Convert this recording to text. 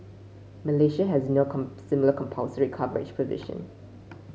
Malaysia has no similar compulsory coverage provision